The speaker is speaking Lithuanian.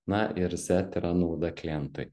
na ir zet yra nauda klientui